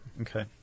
Okay